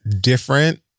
different